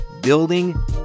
building